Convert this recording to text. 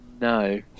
no